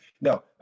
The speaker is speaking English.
No